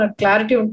clarity